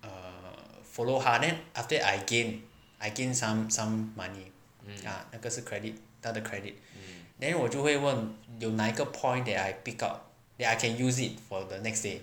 err follow 他 then after that I gain I gained some some money ya 那个是 credit 它的 credit then 我就会问有哪一个 point that I pick up that I can use it for the next day